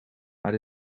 maar